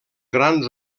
grans